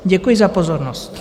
Děkuji za pozornost.